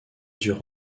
dur